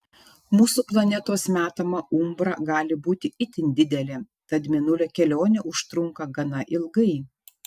mūsų planetos metama umbra gali būti itin didelė tad mėnulio kelionė užtrunka gana ilgai